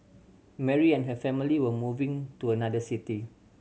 Mary and her family were moving to another city